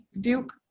Duke